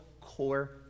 core